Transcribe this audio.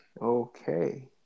Okay